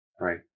right